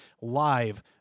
live